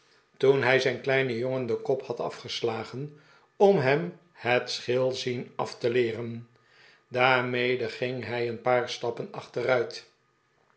toen hij zijn kleinen jongen den kop had afgeslagen om hem het scheelzien af te leeren daarmede ging hij een paar stappen achteruit